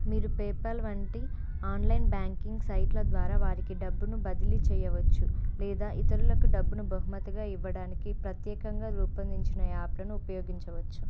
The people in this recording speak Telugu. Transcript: మీరు పేపాల్ వంటి ఆన్లైన్ బ్యాంకింగ్ సైట్ల ద్వారా వారికి డబ్బును బదిలీ చేయవచ్చు లేదా ఇతరులకు డబ్బును బహుమతిగా ఇవ్వడానికి ప్రత్యేకంగా రూపొందించిన యాప్లను ఉపయోగించవచ్చు